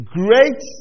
great